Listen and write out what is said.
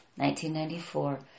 1994